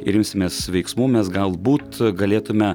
ir imsimės veiksmų mes galbūt galėtume